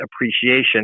appreciation